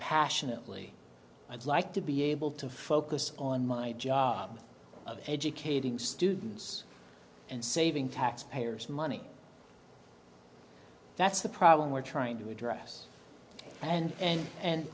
passionately i'd like to be able to focus on my job of educating students and saving taxpayers money that's the problem we're trying to address and and